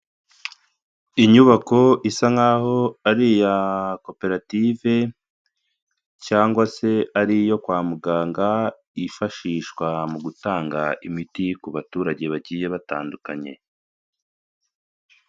Inyubako isa nkaho ari iya koperative cyangwa se ari iyo kwa muganga yifashishwa mu gutanga imiti ku baturage bagiye batandukanye.